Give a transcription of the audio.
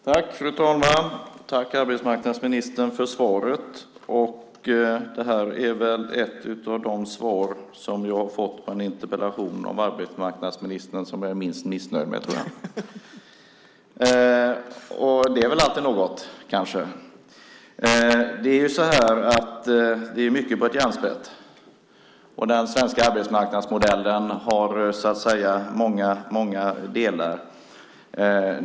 Fru talman! Tack för svaret, arbetsmarknadsministern! Det här är väl ett av de interpellationssvar som jag har fått av arbetsmarknadsministern som jag är minst missnöjd med. Det är alltid något, kanske. Vi är mycket på ett gränsfält, och den svenska arbetsmarknadsmodellen har många delar.